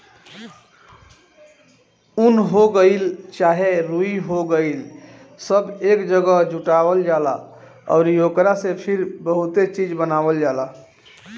उन हो गइल चाहे रुई हो गइल सब एक जागह जुटावल जाला अउरी ओकरा से फिर बहुते चीज़ बनावल जाला